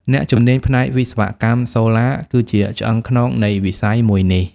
អ្នកជំនាញផ្នែកវិស្វកម្មសូឡា គឺជាឆ្អឹងខ្នងនៃវិស័យមួយនេះ។